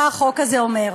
מה החוק הזה אומר.